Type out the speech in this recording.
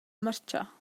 marchà